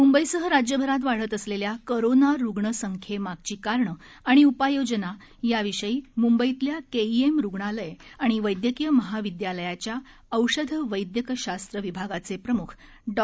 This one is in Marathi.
मुंबईसह राज्यभरात वाढत असलेल्या कोरोनारुग्णसंख्येमागची कारणं आणि उपयायोजना याविषयी मुंबईतल्या केईएम रुग्णालय आणि वैद्यकीय महाविद्यालयाच्या औषधवैद्यक शास्त्र विभागाचे प्रमुख डॉ